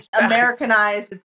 Americanized